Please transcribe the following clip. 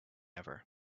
ever